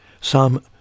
Psalm